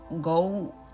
go